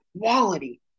quality